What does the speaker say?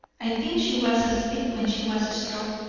i think she was asleep when she was struck.